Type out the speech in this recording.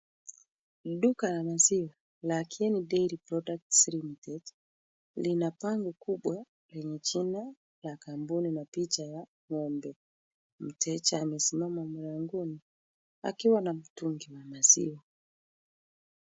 Duka la maziwa la Kieni Dairy Products Ltd lina bango kubwa lenye jina la kampuni na picha ya ngombe. Mteja amesimama mlangoni akiwa na mtungi wa maziwa.